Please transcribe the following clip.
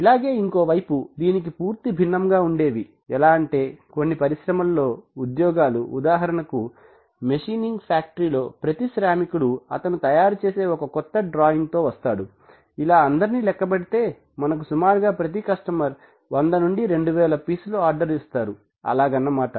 ఇలాగే ఇంకో వైపు దీనికి పూర్తి భిన్నముగా ఉండేవి ఎలా అంటే కొన్ని పరిశ్రమల్లో ఉద్యోగాలు ఉదాహరణకు మెషీనింగ్ ఫ్యాక్టరీ లో ప్రతి శ్రామికుడు అతను తయారు చేసే ఒక కొత్త డ్రాయింగ్ తో వస్తాడు ఇలా అందర్నీ లెక్క పెడితే మనకు సుమారుగా ప్రతి కస్టమర్ 100 నుండి 2000 పీసులు ఆర్డర్ ఇస్తారు అలగన్నమాట